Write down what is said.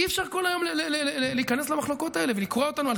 אי-אפשר כל היום להיכנס למחלוקות האלה ולקרוע אותנו,